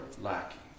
lacking